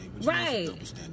right